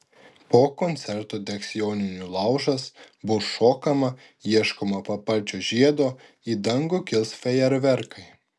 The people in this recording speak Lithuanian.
po koncerto degs joninių laužas bus šokama ieškoma paparčio žiedo į dangų kils fejerverkai